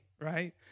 right